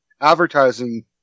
advertising